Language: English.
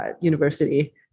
university